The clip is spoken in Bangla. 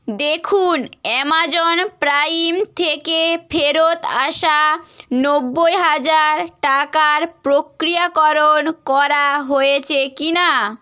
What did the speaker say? দেখুন অ্যামাজন প্রাইম থেকে ফেরত আসা নব্বই হাজার টাকার প্রক্রিয়াকরণ করা হয়েছে কি না